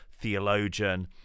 theologian